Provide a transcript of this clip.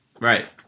Right